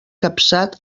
capçat